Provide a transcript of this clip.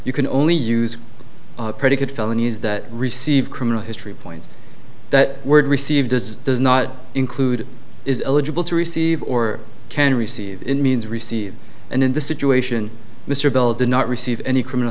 you can only use a predicate felonies that receive criminal history points that word received is does not include is eligible to receive or can receive it means receive and in the situation mr bell did not receive any criminal